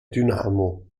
dynamo